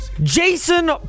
Jason